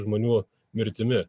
žmonių mirtimi